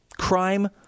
Crime